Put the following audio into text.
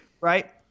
Right